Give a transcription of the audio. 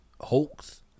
hoax